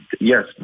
yes